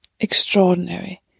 extraordinary